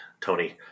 Tony